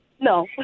No